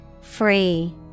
Free